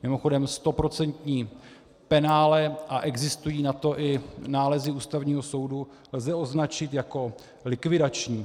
Mimochodem, stoprocentní penále, a existují na to i nálezy Ústavního soudu, lze označit jako likvidační.